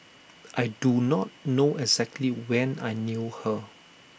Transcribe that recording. I do not know exactly when I knew her